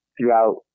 throughout